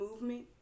movement